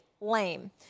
Lame